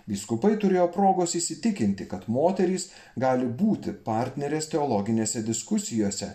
vyskupai turėjo progos įsitikinti kad moterys gali būti partnerės teologinėse diskusijose